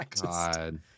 God